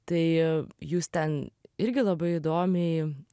tai jūs ten irgi labai įdomiai